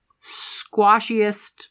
squashiest